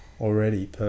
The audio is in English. already